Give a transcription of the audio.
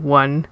one